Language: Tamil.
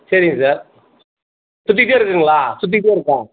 சரிங்க சார் சுற்றிக்கிட்டே இருக்குங்களா சுற்றிக்கிட்டே இருக்கா